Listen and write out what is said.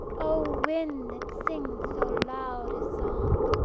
o wind, that sings so loud a song!